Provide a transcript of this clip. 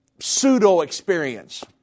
pseudo-experience